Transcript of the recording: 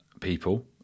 people